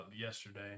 yesterday